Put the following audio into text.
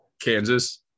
Kansas